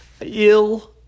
ill